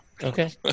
Okay